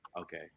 okay